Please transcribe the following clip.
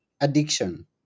addiction